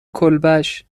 کلبش